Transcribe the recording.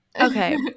Okay